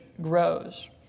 grows